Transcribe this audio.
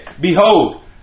Behold